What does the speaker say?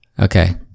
Okay